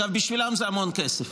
אגב, בשבילם זה המון כסף.